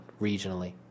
regionally